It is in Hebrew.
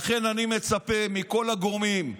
לכן אני מצפה מכל הגורמים,